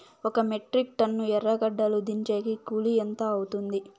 ఒక metric tonne ఎర్రగడ్డలు దించేకి కూలి ఎంత అవుతుంది?